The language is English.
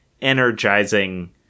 energizing